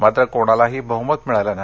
मात्र कोणालाही बह्मत मिळालेलं नाही